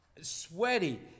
sweaty